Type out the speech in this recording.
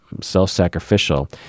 self-sacrificial